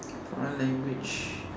foreign language